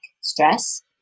stress